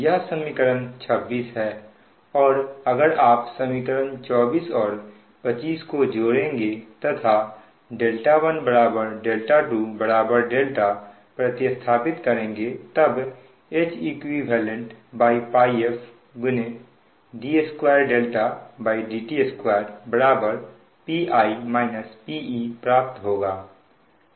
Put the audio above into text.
यह समीकरण 26 है और अगर आप समीकरण 24 और 25 को जोड़ेंगे तथा 12δ प्रति स्थापित करेंगे तब HeqΠf d2dt2 Pi - Pe प्राप्त होगा